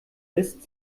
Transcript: ist